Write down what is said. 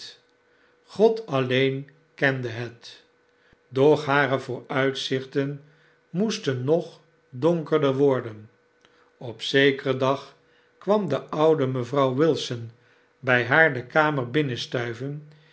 god alleen kende het doch hare vooruitzichten moesten nog donkerder worden op zekeren dag kwam de oude mevrouw wilson bij haar de kamer